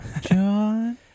John